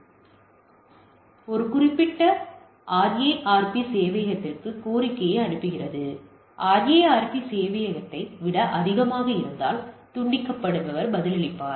அது என்ன சொல்கிறது அது குறிப்பிட்ட RARP சேவையகத்திற்கு கோரிக்கையை அனுப்புகிறது RARP சேவையகத்தை விட அதிகமாக இருந்தால் துண்டிக்கப்படுபவர் பதிலளிப்பார்